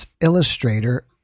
illustrator